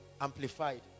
Amplified